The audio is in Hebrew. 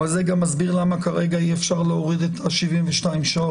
זה גם מסביר למה כרגע אי אפשר להוריד את ה-72 שעות.